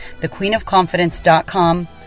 thequeenofconfidence.com